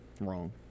wrong